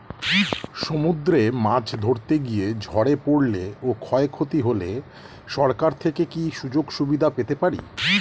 সমুদ্রে মাছ ধরতে গিয়ে ঝড়ে পরলে ও ক্ষতি হলে সরকার থেকে কি সুযোগ সুবিধা পেতে পারি?